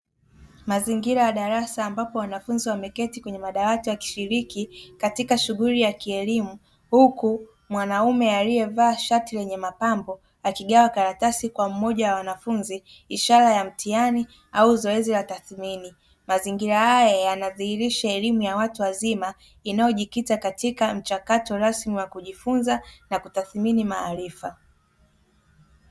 Mazingira ya darasa ambapo wanafunzi wameketi kwenye madawati wakishiriki katika shughuli ya kielimu huku mwanaume aliyevaa shati lenye mapambo akigawa karatasi kwa wanafunzi ishara ya mtihani au zoezi la tathimini. Mazingira haya yanadhihirisha elimu ya watu wazima inayojikita katika mchakato rasmi wa kujifunza na kutathimini maarifa.